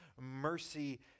mercy